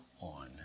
on